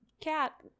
cat